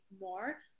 more